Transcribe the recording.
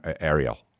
Ariel